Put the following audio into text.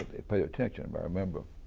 they pay attention. but i remember